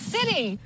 City